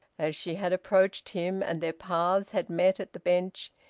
as she had approached him and their paths had met at the bench,